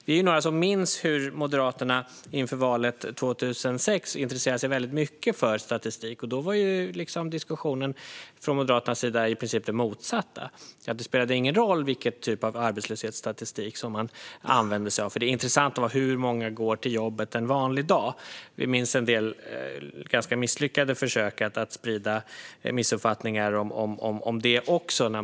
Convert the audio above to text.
Vi är några som minns hur Moderaterna inför valet 2006 intresserade sig väldigt mycket för statistik. Då var diskussionen från deras sida i princip den motsatta. Det spelade ingen roll vilken typ av arbetslöshetsstatistik man använde sig av, för det intressanta var hur många som går till jobbet en vanlig dag. Vi minns en del ganska misslyckade försök att sprida missuppfattningar om detta.